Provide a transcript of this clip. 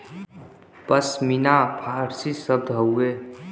पश्मीना फारसी शब्द हउवे